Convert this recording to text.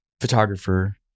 photographer